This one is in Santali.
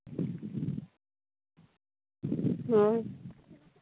ᱦᱚᱸ